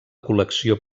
col·lecció